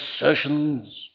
assertions